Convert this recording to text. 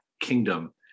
kingdom